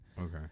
okay